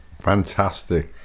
fantastic